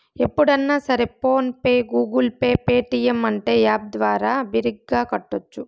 ఎప్పుడన్నా సరే PhonePe Google Pay Paytm అంటే యాప్ ద్వారా బిరిగ్గా కట్టోచ్చు